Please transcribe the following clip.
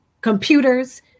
computers